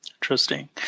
Interesting